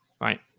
Right